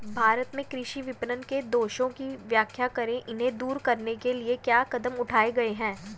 भारत में कृषि विपणन के दोषों की व्याख्या करें इन्हें दूर करने के लिए क्या कदम उठाए गए हैं?